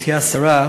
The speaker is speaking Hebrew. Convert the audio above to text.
גברתי השרה,